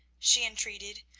she entreated,